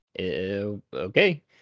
Okay